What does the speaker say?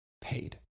paid